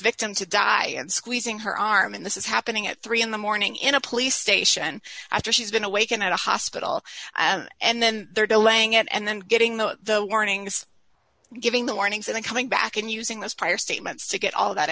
victim to die and squeezing her arm and this is happening at three in the morning in a police station after she's been awakened at a hospital and then they're delaying it and then getting the warnings giving the warnings and coming back and using those prior statements to get all that